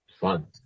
fun